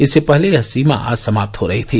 इससे पहले यह सीमा आज समाप्त हो रही थी